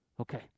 Okay